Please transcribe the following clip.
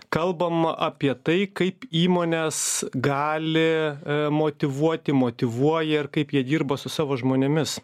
kalbam apie tai kaip įmonės gali motyvuoti motyvuoja ir kaip jie dirba su savo žmonėmis